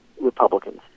Republicans